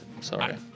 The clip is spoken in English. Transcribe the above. Sorry